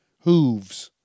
hooves